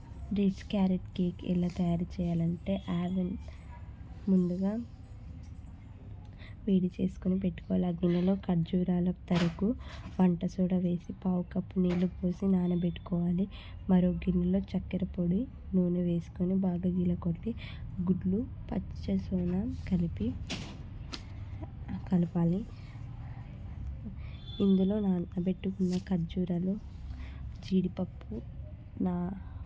red carrot cake ఎలా తయారు చేయాలి అంటే ముందుగా వేడి చేసుకుని పెట్టుకోవాలి ఆ గిన్నెలో ఖర్జూరాలు తరుగు వంట సోడా వేసి పావు కప్పు నీళ్లు పోసి నానబెట్టుకోవాలి మరో గిన్నెలో చక్కెర పొడి నూనె వేసుకొని బాగా గిలకొట్టి గుడ్లు పచ్చసోనా కలిపి కలపాలి ఇందులో నానబెట్టుకున్న ఖర్జూరాలు జీడిపప్పు నా